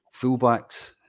fullbacks